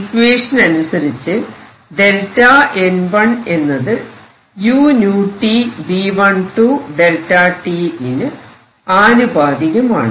ഇക്വേഷനനുസരിച്ച് ΔN1 എന്നത് u𝛎 B12 Δt വിനു ആനുപാതികമാണ്